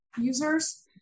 users